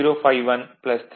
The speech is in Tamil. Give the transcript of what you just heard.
672 ஆகும்